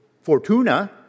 fortuna